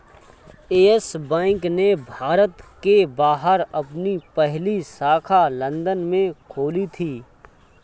yes Bank ने भारत के बाहर अपनी पहली शाखा लंदन में खोली थी